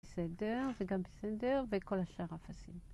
בסדר וגם בסדר וכל השאר אפסים.